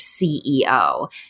CEO